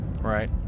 right